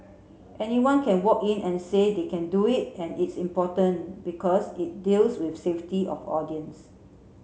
anyone can walk in and say they can do it and it's important because it deals with safety of audience